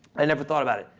i never thought about it.